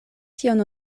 tion